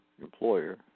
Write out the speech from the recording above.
employer